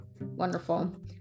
wonderful